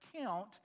count